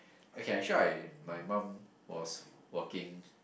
okay actually I my mum was working